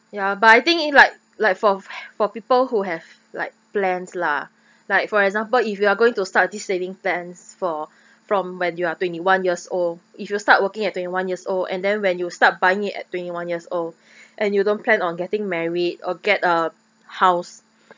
ya but I think it like like for for people who have like plans lah like for example if you are going to start this saving plans for from when you are twenty one years old if you start working at twenty one years old and then when you start buying it at twenty one years old and you don't plan on getting married or get a house